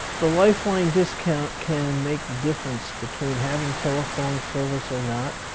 the lifeline discount can make the difference between having telephone service or not.